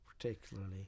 particularly